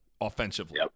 offensively